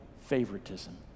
favoritism